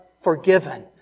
forgiven